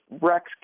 Rex